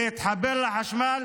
להתחבר לחשמל.